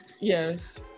yes